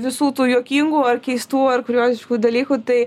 visų tų juokingų ar keistų ar kurioziškų dalykų tai